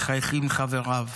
מחייכים חבריו,